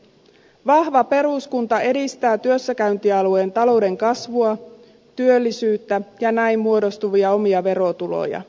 vahva peruskunta edistää työssäkäyntialueen talouden kasvua työllisyyttä ja näin muodostuvia omia verotuloja